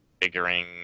figuring